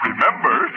Remember